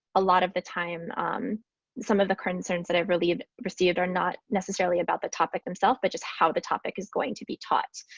a lot of the time some of the concerns that i've received received are not necessarily about the topic themselves but just how the topic is going to be taught.